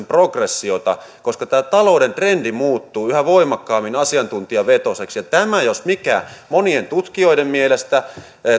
progressiota koska tämä talouden trendi muuttuu yhä voimakkaammin asiantuntijavetoiseksi ja tämä jos mikä on monien tutkijoiden mielestä